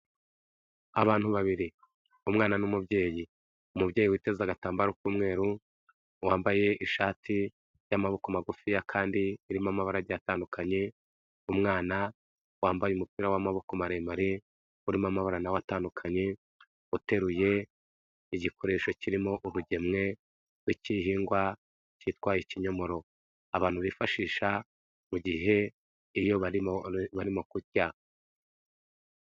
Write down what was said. Abantu babiri, umwana n'umubyeyi. Umubyeyi witeze agatambaro k'umweru, wambaye ishati y'amaboko magufi kandi irimo amabara atandukanye, umwana wambaye umupira w'amaboko maremare urimo amabara nawe atandukanye uteruye igikoresho kirimo ubugemwe bw'igihingwa cyitwa ikinyomoro abantu bifashisha mu gihe iyo bari barimo kurya.